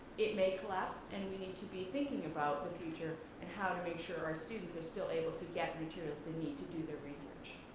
it may collapse and we need to be thinking about the future and how to make sure our students still able to get materials they need to do their research.